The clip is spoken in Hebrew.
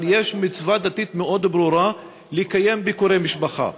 יש מצווה דתית מאוד ברורה לקיים ביקורי משפחה.